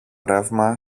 ρεύμα